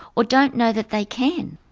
or don't know that they can.